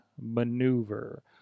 Maneuver